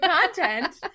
content